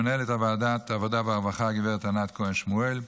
למנהלת ועדת העבודה והרווחה, גב' ענת כהן שמואל,